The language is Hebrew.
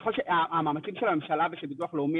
יכול להיות שהמאמצים של הממשלה ושל ביטוח לאומי